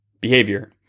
Behavior